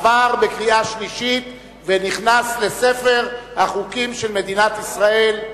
עבר בקריאה שלישית ונכנס לספר החוקים של מדינת ישראל.